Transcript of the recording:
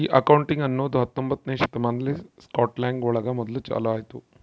ಈ ಅಕೌಂಟಿಂಗ್ ಅನ್ನೋದು ಹತ್ತೊಂಬೊತ್ನೆ ಶತಮಾನದಲ್ಲಿ ಸ್ಕಾಟ್ಲ್ಯಾಂಡ್ ಒಳಗ ಮೊದ್ಲು ಚಾಲೂ ಆಯ್ತು